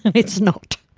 it's not.